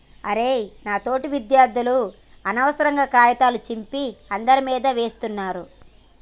అరె నా తోటి విద్యార్థులు అనవసరంగా కాగితాల సింపి అందరి మీదా వేస్తున్నారు